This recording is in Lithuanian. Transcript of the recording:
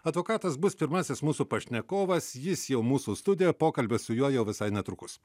advokatas bus pirmasis mūsų pašnekovas jis jau mūsų studijoje pokalbis su juo jau visai netrukus